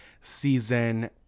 season